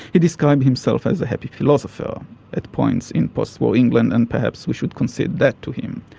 he described himself as a happy philosopher at points in post-war england, and perhaps we should concede that to him.